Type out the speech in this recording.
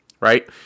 right